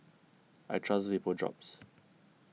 I trust Vapodrops